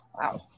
Wow